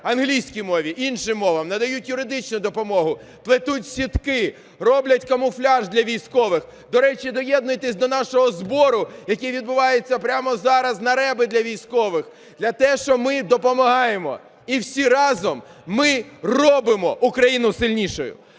англійській мові, іншим мовам, надають юридичну допомогу, плетуть сітки, роблять камуфляжі для військових. До речі, доєднуйтесь до нашого збору, який відбувається прямо зараз на РЕБи для військових, на те, що ми допомагаємо. І всі разом ми робимо Україну сильнішою.